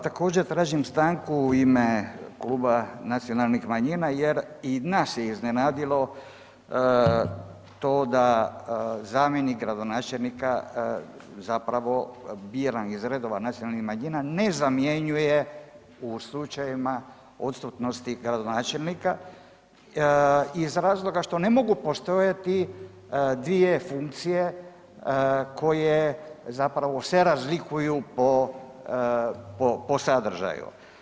Također tražim stanku u ime Kluba nacionalnih manjina jer i nas je iznenadilo to da zamjenik gradonačelnika zapravo biran iz redova nacionalnih manjina ne zamjenjuje u slučajevima odsutnosti gradonačelnika iz razloga što ne mogu postojati dvije funkcije koje zapravo se razlikuju po, po, po sadržaju.